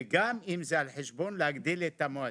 וגם אם זה על חשבון להגדיל את המועצה.